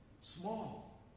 small